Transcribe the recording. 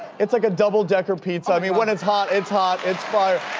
it's like a double decker pizza. i mean when it's hot it's hot. it's fire.